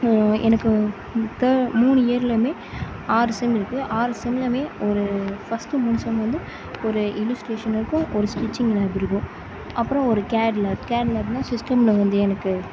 எனக்கு மொத்த மூணு இயர்லேயுமே ஆறு செம் இருக்குது ஆறு செம்லேமே ஒரு ஃபர்ஸ்ட்டு மூணு செம் வந்து ஒரு இல்லுஸ்ட்ரேஷன் இருக்கும் ஒரு ஸ்டிச்சிங் லேப் இருக்கும் அப்புறம் ஒரு கேட்லர் கேட்லர்னால் சிஸ்டமில் வந்து எனக்கு